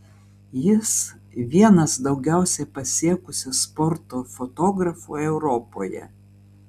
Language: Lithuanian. jis vienas daugiausiai pasiekusių sporto fotografų europoje